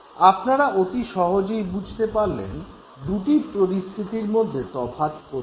আপনারা অতি সহজেই বুঝতে পারলেন দু'টি পরিস্থিতির মধ্যে তফাৎ কোথায়